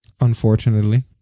Unfortunately